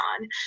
on